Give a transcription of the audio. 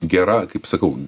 gera kaip sakau